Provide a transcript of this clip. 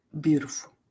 beautiful